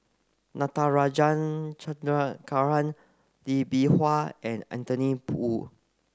Natarajan Chandrasekaran Lee Bee Wah and Anthony Poon